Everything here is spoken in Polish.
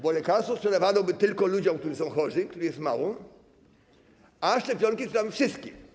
Bo lekarstwo sprzedawano by tylko ludziom, którzy są chorzy, których jest mało, a szczepionki sprzedamy wszystkim.